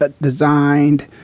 designed